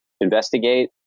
investigate